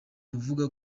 avuga